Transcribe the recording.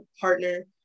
partner